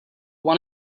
one